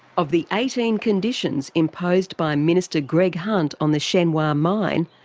of the eighteen conditions imposed by minister greg hunt on the shenhua mine,